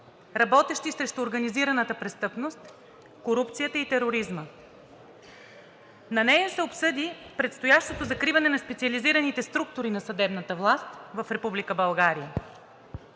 работещи срещу организираната престъпност, корупцията и тероризма. На нея се обсъди предстоящото закриване на специализираните структури на съдебната власт в Република България.